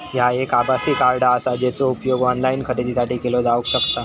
ह्या एक आभासी कार्ड आसा, जेचो उपयोग ऑनलाईन खरेदीसाठी केलो जावक शकता